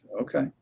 okay